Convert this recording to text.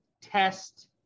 test